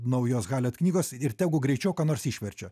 naujos halet knygos ir tegu greičiau ką nors išverčia